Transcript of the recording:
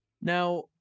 Now